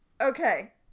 okay